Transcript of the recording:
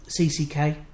CCK